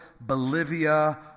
Bolivia